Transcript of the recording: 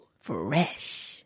Fresh